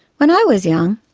when i was young,